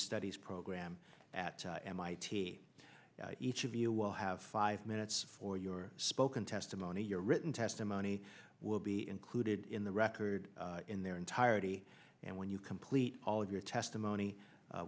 studies program at mit each of you will have five minutes for your spoken testimony your written testimony will be included in the record in their entirety and when you complete all of your testimony